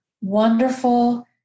wonderful